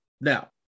Now